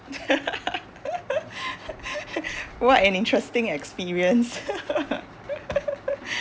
what an interesting experience